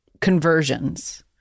conversions